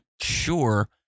sure